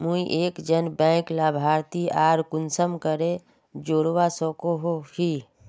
मुई एक जन बैंक लाभारती आर कुंसम करे जोड़वा सकोहो ही?